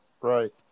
Right